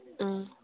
ꯎꯝ